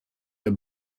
your